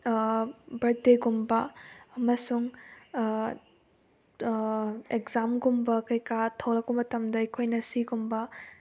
birth ꯗꯦꯒꯨꯝꯕ ꯑꯃꯁꯨꯡ ꯑꯦꯛꯖꯥꯝꯒꯨꯝꯕ ꯀꯩꯀꯥ ꯊꯣꯛꯂꯛꯄ ꯃꯇꯝꯗ ꯑꯩꯈꯣꯏꯅ ꯁꯤꯒꯨꯝꯕ